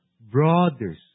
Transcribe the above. brothers